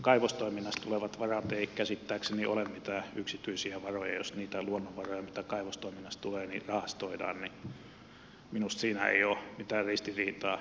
kaivostoiminnasta tulevat varat eivät käsittääkseni ole mitään yksityisiä varoja ja jos niitä luonnonvaroja mitä kaivostoiminnasta tulee rahastoidaan niin minusta siinä ei ole mitään ristiriitaa